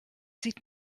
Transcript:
sieht